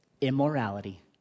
immorality